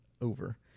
over